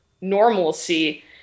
normalcy